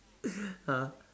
!huh!